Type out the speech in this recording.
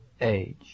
age